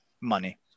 money